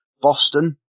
Boston